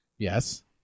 yes